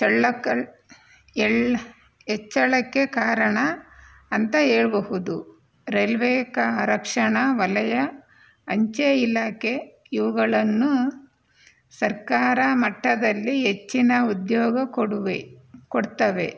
ಚೆಲ್ಲಾಕಲ್ ಎಳ್ ಹೆಚ್ಚಳಕ್ಕೆ ಕಾರಣ ಅಂತ ಹೇಳಬಹುದು ರೈಲ್ವೆ ಕ ರಕ್ಷಣಾ ವಲಯ ಅಂಚೆ ಇಲಾಖೆ ಇವುಗಳನ್ನು ಸರ್ಕಾರ ಮಟ್ಟದಲ್ಲಿ ಹೆಚ್ಚಿನ ಉದ್ಯೋಗ ಕೊಡುವೆ ಕೊಡ್ತವೆ